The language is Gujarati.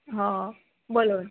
હા બોલો